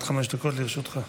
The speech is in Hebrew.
לרשותך.